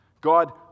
God